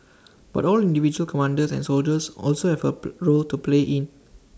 but all individual commanders and soldiers also have A role to play in